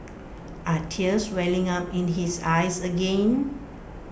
are tears welling up in his eyes again